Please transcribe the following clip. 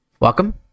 Welcome